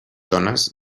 dones